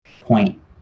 point